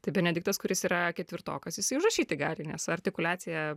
tai benediktas kuris yra ketvirtokas jisai užrašyti gali nes artikuliacija